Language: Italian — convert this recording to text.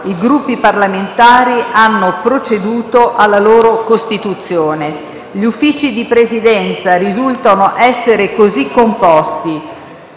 i Gruppi parlamentari hanno proceduto alla loro costituzione. Gli Uffici di Presidenza risultano essere così composti: